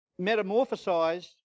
metamorphosized